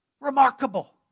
Remarkable